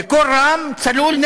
בקול רם וצלול,